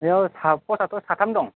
बेयाव सा पस्ट आथ' साथाम दं